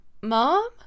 Mom